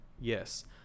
Yes